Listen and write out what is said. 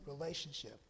relationship